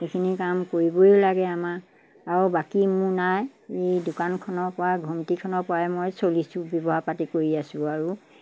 সেইখিনি কাম কৰিবই লাগে আমাৰ আৰু বাকী মোৰ নাই এই দোকানখনৰ পৰা ঘুমটিখনৰ পৰাই মই চলিছোঁ ব্যৱসায় পাতি কৰি আছোঁ আৰু